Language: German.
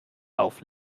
auf